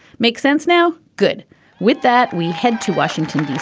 makes sense now. good with that, we head to washington,